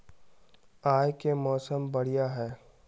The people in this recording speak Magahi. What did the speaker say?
आय के मौसम बढ़िया है?